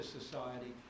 society